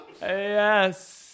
Yes